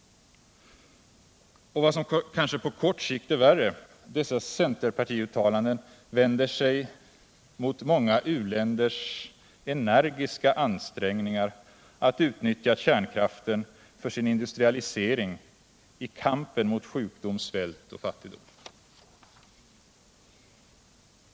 Och vad som kanske på kort sikt är värre: Dessa centerpartiuttalanden vänder sig mot många u-länders energiska ansträngningar att utnyttja kärnkraften för sin industrialisering i kampen mot sjukdom, svält och fattigdom.